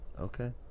Okay